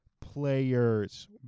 players